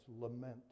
lament